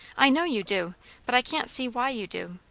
i know you do but i can't see why you do.